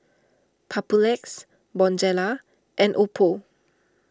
Papulex Bonjela and Oppo